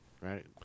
right